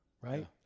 right